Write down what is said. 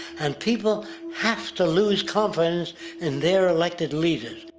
and people have to lose confidence in their elected leaders.